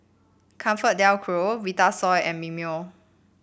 ComfortDelGro Vitasoy and Mimeo